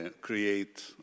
create